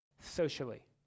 socially